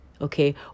okay